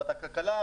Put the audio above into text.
לוועדת הכלכלה,